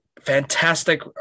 fantastic